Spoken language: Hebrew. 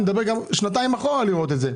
אני מדבר גם שנתיים אחורה לראות את זה,